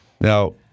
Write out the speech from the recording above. Now